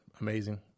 amazing